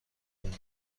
ببینی